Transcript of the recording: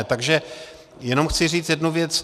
Takže jenom chci říct jednu věc.